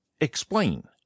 explain